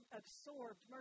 absorbed